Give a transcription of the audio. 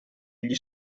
gli